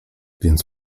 więc